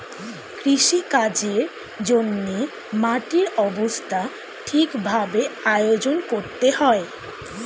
কৃষিকাজের জন্যে মাটির অবস্থা ঠিক ভাবে আয়োজন করতে হয়